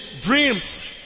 Dreams